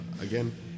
again